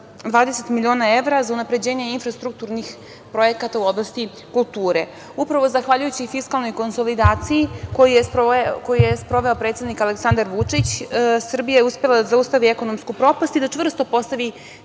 20 miliona evra za unapređenje infrastrukturnih projekata u oblasti kulture. Upravo zahvaljujući fiskalnoj konsolidaciji koju je sproveo predsednik Aleksandar Vučić Srbija je uspela da zaustavi ekonomsku propast i da čvrsto postavi